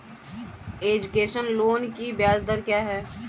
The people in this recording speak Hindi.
एजुकेशन लोन की ब्याज दर क्या है?